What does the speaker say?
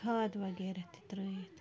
کھاد وغیرہ تہِ ترٲیِتھ